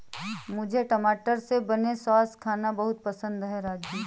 मुझे टमाटर से बने सॉस खाना बहुत पसंद है राजू